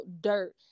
dirt